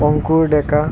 অংকুৰ ডেকা